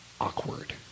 awkward